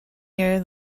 year